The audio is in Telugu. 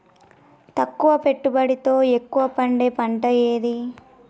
తక్కువ పెట్టుబడితో ఎక్కువగా పండే పంట ఏది?